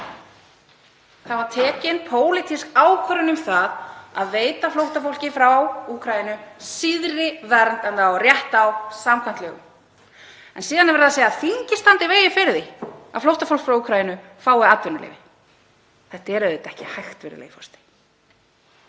Það var tekin pólitísk ákvörðun um að veita flóttafólki frá Úkraínu síðri vernd en það á rétt á samkvæmt lögum. En síðan er verið að segja að þingið standi í vegi fyrir því að flóttafólk frá Úkraínu fái atvinnuleyfi. Þetta er auðvitað ekki hægt, virðulegi forseti.